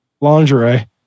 lingerie